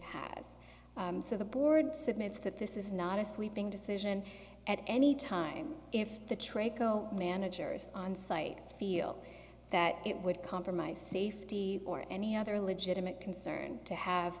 has so the board's admits that this is not a sweeping decision at any time if the tray co managers on site feel that it would compromise safety or any other legitimate concern to have